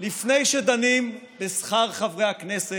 לפני שדנים בשכר חברי הכנסת,